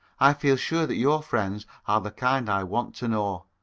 i feel sure that your friends are the kind i want to know.